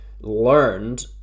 learned